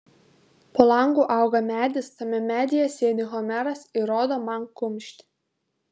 po langu auga medis tame medyje sėdi homeras ir rodo man kumštį